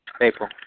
April